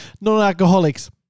non-alcoholics